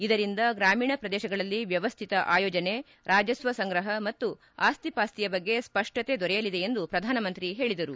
ಇದರಿಂದ ಗ್ರಾಮೀಣ ಪ್ರದೇಶಗಳಲ್ಲಿ ವ್ಯವ್ಯಿತ ಆಯೋಜನೆ ರಾಜಸ್ವ ಸಂಗ್ರಹ ಮತ್ತು ಆಸ್ತಿಪಾಸ್ತಿಯ ಬಗ್ಗೆ ಸ್ಪಷ್ಟತೆ ದೊರೆಯಲಿದೆ ಎಂದು ಪ್ರಧಾನಮಂತ್ರಿ ಹೇಳಿದರು